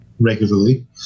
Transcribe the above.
regularly